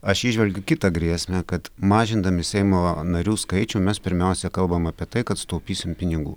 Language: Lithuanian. aš įžvelgiu kitą grėsmę kad mažindami seimo narių skaičių mes pirmiausia kalbam apie tai kad sutaupysim pinigų